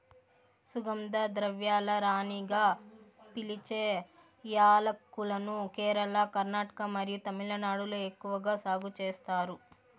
సుగంధ ద్రవ్యాల రాణిగా పిలిచే యాలక్కులను కేరళ, కర్ణాటక మరియు తమిళనాడులో ఎక్కువగా సాగు చేస్తారు